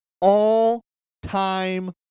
all-time